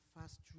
fast